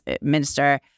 Minister